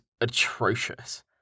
atrocious